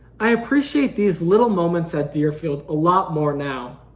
i appreciate these little moments at deerfield a lot more now,